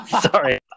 Sorry